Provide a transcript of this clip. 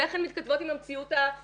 ואיך הן מתכתבות עם המציאות הישראלית.